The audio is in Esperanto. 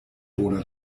bona